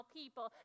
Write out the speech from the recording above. people